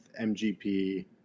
MGP